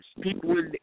people